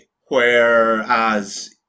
whereas